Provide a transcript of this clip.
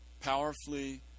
powerfully